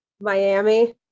Miami